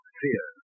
fear